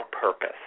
purpose